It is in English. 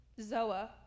Zoa